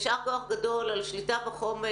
יישר כוח גדול על שליטה בחומר,